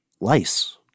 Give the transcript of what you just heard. lice